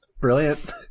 Brilliant